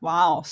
Wow